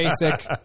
basic